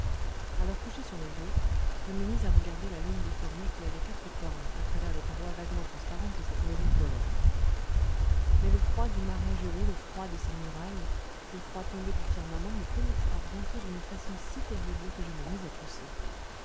alors couché sur le dos je me mis à regarder la lune déformée qui avait quatre cornes à travers les parois vaguement transparentes de cette maison polaire mais le froid du marais gelé le froid de ces murailles le froid tombé du firmament me pénétra bientôt d'une façon si terrible que je me mis à tousser